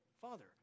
father